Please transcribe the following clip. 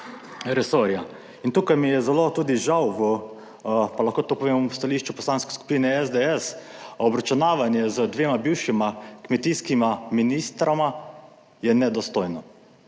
resorja. In tukaj mi je zelo tudi žal v, pa lahko to povem, v stališču Poslanske skupine SDS, obračunavanje z dvema bivšima kmetijskima ministroma je nedostojno.